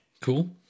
Cool